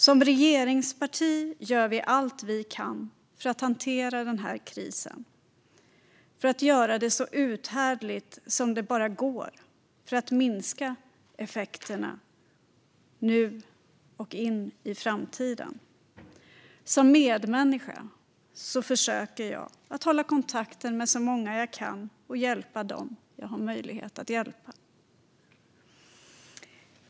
Som regeringsparti gör vi allt vi kan för att hantera den här krisen, för att göra det så uthärdligt som det bara går och för att minska effekterna nu och in i framtiden. Som medmänniska försöker jag att hålla kontakten med så många jag kan och hjälpa dem jag har möjlighet att hjälpa.